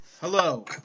Hello